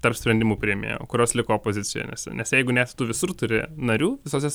tarp sprendimų priėmėjų kurios liko opozicijoj nes nes jeigu net tu visur turi narių visose